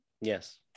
yes